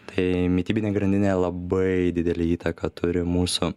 tai mitybinė grandinė labai didelę įtaką turi mūsų